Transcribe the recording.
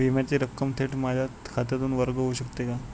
विम्याची रक्कम थेट माझ्या खात्यातून वर्ग होऊ शकते का?